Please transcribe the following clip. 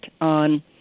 on